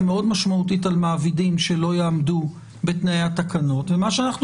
מאוד משמעותית על מעבידים שלא יעמדו בתנאי התקנות ומה שאנחנו